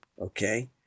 Okay